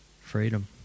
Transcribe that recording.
freedom